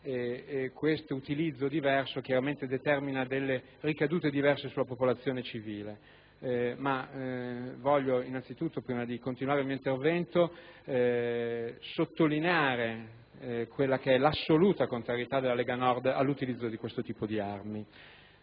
e tale utilizzo chiaramente diverso determina delle ricadute diverse sulla popolazione civile; voglio innanzitutto, prima di continuare il mio intervento, sottolineare l'assoluta contrarietà della Lega Nord all'utilizzo di questo tipo di armi.